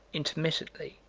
intermittently,